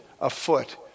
afoot